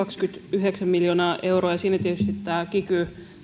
miinus kaksikymmentäyhdeksän miljoonaa euroa ja siinä tietysti on tämä kiky